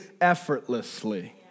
effortlessly